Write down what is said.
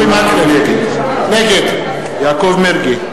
נגד יעקב מרגי,